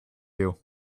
you